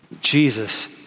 Jesus